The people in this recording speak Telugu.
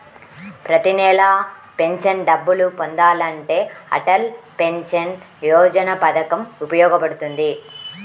ప్రతి నెలా పెన్షన్ డబ్బులు పొందాలంటే అటల్ పెన్షన్ యోజన పథకం ఉపయోగపడుతుంది